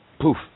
poof